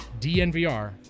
DNVR